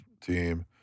team